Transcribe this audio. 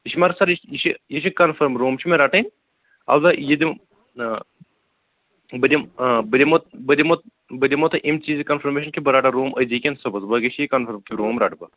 یہِ چھُ مَگر سَر یہِ چھُ یہِ چھُ کَنفٲرِٕم روٗم چھُ مےٚ رَٹٕنۍ البتہٕ یہِ دِمہٕ بہٕ دِمہٕ آ بہٕ دِمہٕ بہٕ دِمہٕ بہٕ دِمہٕ تۅہہِ ایٚمہِ چیٖزٕکۍ کَنفرمیٖشَن کہِ بہٕ رَٹہٕ روٗم أزی کِنۍ صُبحس بٲگۍ یہِ چُھ کَنفٲرٕم یہِ روٗم رَٹہٕ بہٕ